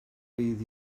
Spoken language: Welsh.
bydd